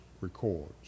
records